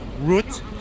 root